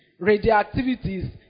radioactivities